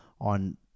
on